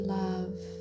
love